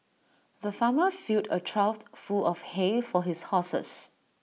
the farmer filled A trough full of hay for his horses